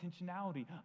intentionality